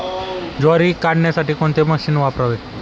ज्वारी काढण्यासाठी कोणते मशीन वापरावे?